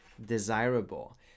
desirable